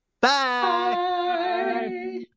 Bye